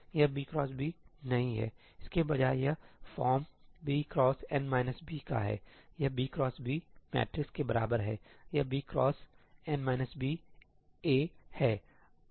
यह b x b नहीं है इसके बजाय यह फॉर्म b x का हैयह b x b मैट्रिक्स के बराबर हैयह b x a है